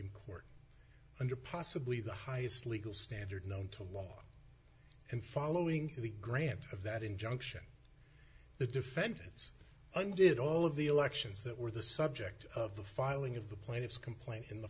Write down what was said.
court under possibly the highest legal standard known to law and following the grant of that injunction the defendants and did all of the elections that were the subject of the filing of the plaintiff's complaint in